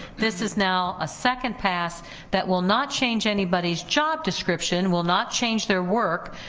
this is now a second pass that will not change anybody's job description, will not change their work,